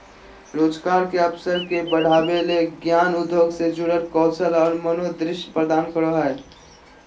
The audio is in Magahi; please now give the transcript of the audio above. रोजगार के अवसर के बढ़ावय ले ज्ञान उद्योग से जुड़ल कौशल और मनोदृष्टि प्रदान करो हइ